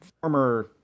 former